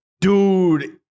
dude